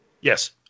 yes